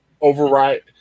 override